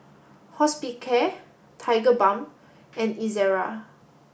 Hospicare Tigerbalm and Ezerra